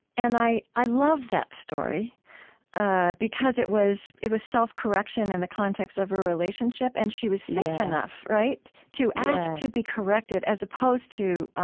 and i i love that story ah because it was it was self-correction in the context of a relationship. and she was safe enough to ask to be corrected, as opposed to